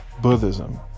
Buddhism